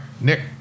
Nick